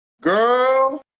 girl